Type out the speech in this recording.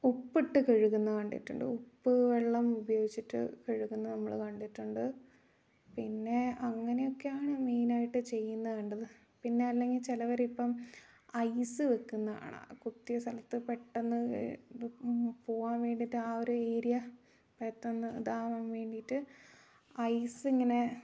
ഉപ്പിട്ട് കഴുകുന്നത് കണ്ടിട്ടുണ്ട് ഉപ്പുവെള്ളം ഉപയോഗിച്ചിട്ട് കഴുകുന്നത് നമ്മൾ കണ്ടിട്ടുണ്ട് പിന്നെ അങ്ങനെയൊക്കെയാണ് മെയിനായിട്ട് ചെയ്യുന്ന കണ്ടത് പിന്നെ അല്ലെങ്കിൽ ചിലവരിപ്പം ഐസ് വെക്കുന്ന കാണാം കുത്തിയ സ്ഥലത്ത് പെട്ടന്ന് പോകുവാൻ വേണ്ടിയിട്ട് ആ ഒരു ഏരിയ പെട്ടന്ന് ഇതാവാൻ വേണ്ടിയിട്ട് ഐസിങ്ങനെ